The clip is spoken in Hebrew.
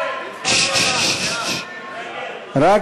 ההסתייגות (14) חלופין ד' של קבוצת